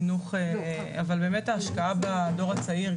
באמת ההשקעה בדור הצעיר,